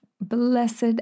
Blessed